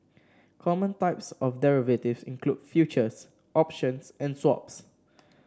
common types of derivative include futures options and swaps